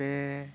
बे